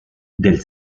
del